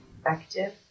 effective